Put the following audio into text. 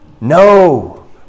No